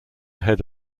ahead